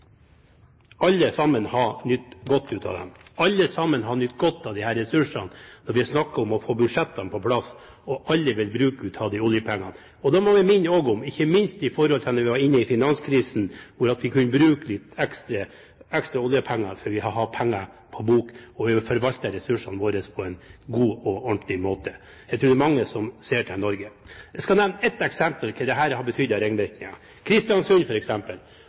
nytt godt av disse ressursene, og når vi snakker om å få budsjettene på plass, vil alle bruke av oljepengene. Da må jeg også minne om at vi i finanskrisen kunne bruke litt ekstra oljepenger, for vi har penger på bok, og vi har forvaltet ressursene våre på en god og ordentlig måte. Jeg tror det er mange som ser til Norge. Jeg skal nevne ett eksempel på hvilke ringvirkninger dette har hatt for f.eks. Kristiansund: